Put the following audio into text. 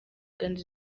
kandi